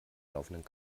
laufenden